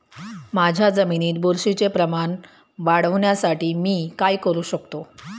माझ्या जमिनीत बुरशीचे प्रमाण वाढवण्यासाठी मी काय करू शकतो?